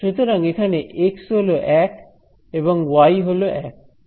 সুতরাং এখানে এক্স হল ওয়ান এবং ওয়াই হল ওয়ান